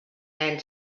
and